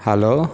hello